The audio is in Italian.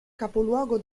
capoluogo